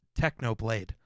Technoblade